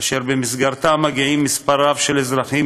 אשר במסגרתה מגיעים מספר רב של אזרחים